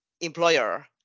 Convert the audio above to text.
employer